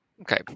Okay